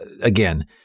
again